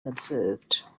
unobserved